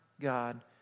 God